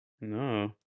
No